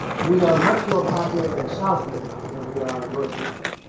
we are much more popular in south vietnam than we are in north vietnam.